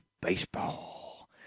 baseball